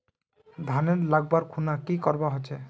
धानेर लगवार खुना की करवा होचे?